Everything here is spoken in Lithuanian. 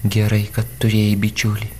gerai kad turėjai bičiulį